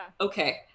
Okay